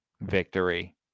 victory